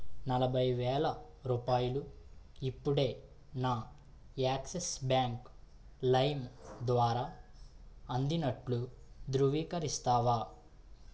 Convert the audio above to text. నలభై వేల రూపాయలు ఇప్పుడే నా యాక్సిస్ బ్యాంక్ లైమ్ ద్వారా అందినట్లు ధృవీకరిస్తావా